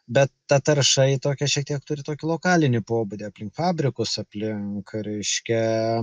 bet ta tarša ji tokia šitiek turi tokį lokalinį pobūdį aplink fabrikus aplink reiškia